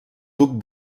duc